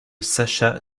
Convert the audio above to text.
sacha